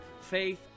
faith